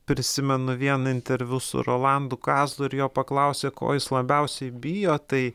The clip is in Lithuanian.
prisimenu vieną interviu su rolandu kazlu ir jo paklausė ko jis labiausiai bijo tai